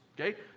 Okay